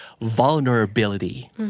Vulnerability